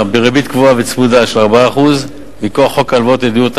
בריבית קבועה וצמודה של 4% מכוח חוק ההלוואות לדיור,